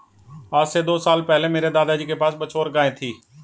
आज से दो साल पहले मेरे दादाजी के पास बछौर गाय थी